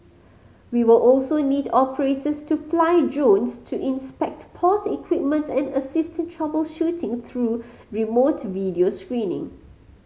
we will also need operators to fly drones to inspect port equipment and assist in troubleshooting through remote video screening